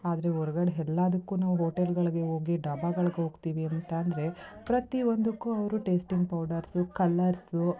ಆದರೆ ಹೊರ್ಗಡೆ ಎಲ್ಲದಕ್ಕೂ ಹೋಟೆಲ್ಗಳಿಗೆ ಹೋಗಿ ಡಾಬಗಳ್ಗೆ ಹೋಗ್ತೀವಿ ಅಂತ ಅಂದ್ರೆ ಪ್ರತಿಯೊಂದಕ್ಕೂ ಅವರು ಟೇಸ್ಟಿಂಗ್ ಪೌಡರ್ಸು ಕಲರ್ಸು